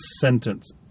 sentence